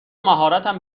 مهارتم